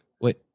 Wait